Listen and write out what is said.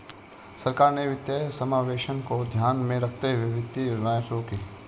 सरकार ने वित्तीय समावेशन को ध्यान में रखते हुए वित्तीय योजनाएं शुरू कीं